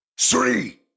three